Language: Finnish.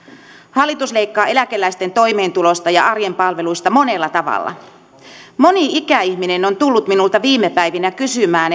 hallitus leikkaa eläkeläisten toimeentulosta ja arjen palveluista monella tavalla moni ikäihminen on tullut minulta viime päivinä kysymään